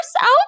out